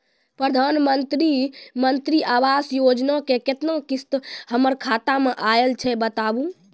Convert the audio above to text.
प्रधानमंत्री मंत्री आवास योजना के केतना किस्त हमर खाता मे आयल छै बताबू?